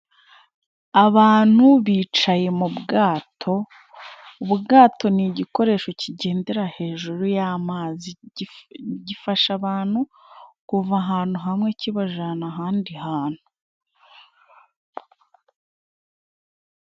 Abantu bicaye mu bwato; ubwato ni igikoresho kigendera hejuru y'amazi gifasha abantu kuva ahantu hamwe kibajana ahandi hantu.